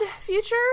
future